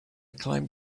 climbed